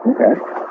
Okay